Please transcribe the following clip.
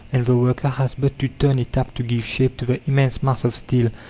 and the worker has but to turn a tap to give shape to the immense mass of steel,